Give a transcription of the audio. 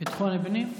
ביטחון הפנים.